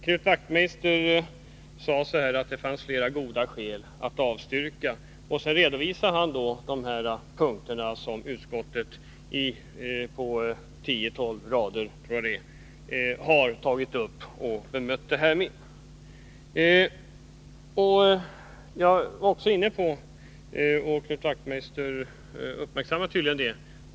Knut Wachtmeister sade att det finns flera goda skäl att avstyrka motionen, och så redovisade han vad som står på de 10-12 rader som utskottet har bemött motionen med.